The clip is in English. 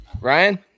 Ryan